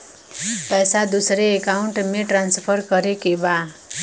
पैसा दूसरे अकाउंट में ट्रांसफर करें के बा?